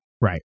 right